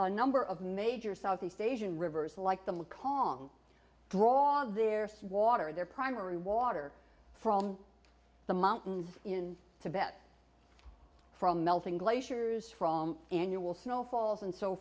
a number of major southeast asian rivers like the kong draw there some water their primary water from the mountains in tibet from melting glaciers from annual snow falls and so